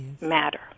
matter